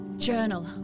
journal